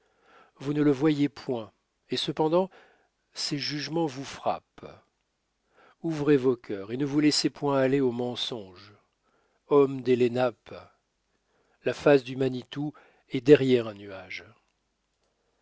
vous ne le voyez point et cependant ses jugements vous frappent ouvrez vos cœurs et ne vous laissez point aller au mensonge hommes des lenapes la face du manitou est derrière un nuage